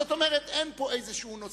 זאת אומרת, אין פה איזה נושא.